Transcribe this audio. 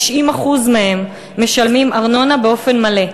90% מהם משלמים ארנונה באופן מלא.